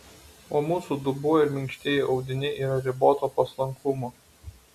o mūsų dubuo ir minkštieji audiniai yra riboto paslankumo